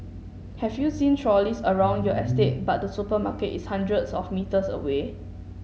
have you seen trolleys around your estate but the supermarket is hundreds of metres away